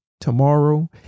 tomorrow